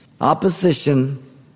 Opposition